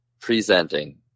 presenting